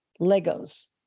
Legos